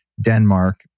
Denmark